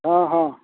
ᱦᱟᱸ ᱦᱟᱸ